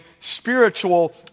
spiritual